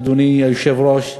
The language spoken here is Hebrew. אדוני היושב-ראש,